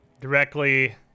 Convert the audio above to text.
directly